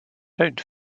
don’t